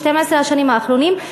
12 השנים האחרונות,